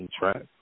track